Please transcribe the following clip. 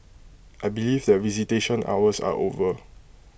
I believe that visitation hours are over